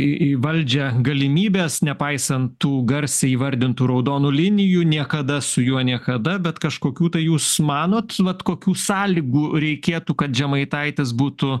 į į valdžią galimybės nepaisant tų garsiai įvardintų raudonų linijų niekada su juo niekada bet kažkokių tai jūs manot vat kokių sąlygų reikėtų kad žemaitaitis būtų